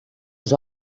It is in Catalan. als